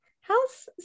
how's